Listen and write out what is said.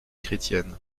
chrétienne